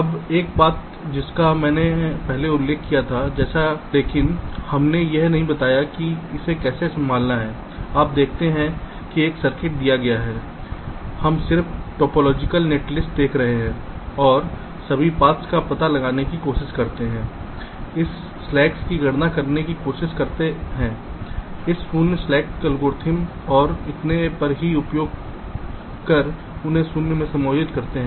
अब एक बात जिसका मैंने पहले उल्लेख किया था लेकिन हमने यह नहीं बताया कि इसे कैसे संभालना है आप देखते हैं कि एक सर्किट दिया गया है हम सिर्फ टोपोलॉजिकल नेटलिस्ट देख रहे हैं और सभी पाथ्स का पता लगाने की कोशिश करते हैं इस स्लैक्स की गणना करने की कोशिश करते हैं इस शून्य स्लैक एल्गोरिथ्म और इतने पर का उपयोग कर उन्हें शून्य में समायोजित करते हैं